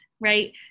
right